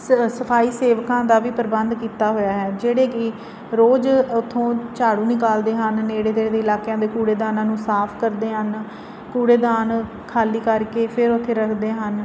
ਸ ਸਫਾਈ ਸੇਵਕਾਂ ਦਾ ਵੀ ਪ੍ਰਬੰਧ ਕੀਤਾ ਹੋਇਆ ਹੈ ਜਿਹੜੇ ਕਿ ਰੋਜ਼ ਉੱਥੋਂ ਝਾੜੂ ਨਿਕਾਲਦੇ ਹਨ ਨੇੜੇ ਤੇੜੇ ਦੇ ਇਲਾਕਿਆਂ ਦੇ ਕੂੜੇਦਾਨਾਂ ਨੂੰ ਸਾਫ ਕਰਦੇ ਹਨ ਕੂੜੇਦਾਨ ਖਾਲੀ ਕਰਕੇ ਫਿਰ ਉੱਥੇ ਰੱਖਦੇ ਹਨ